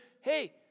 hey